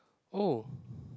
oh